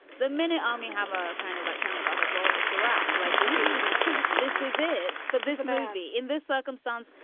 the minute army have a kind of like ten of us like, well, it's a rap like this is this is it's for this movie in this circumstance.